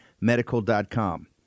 medical.com